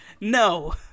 no